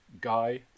Guy